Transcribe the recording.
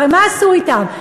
הרי מה עשו אתם?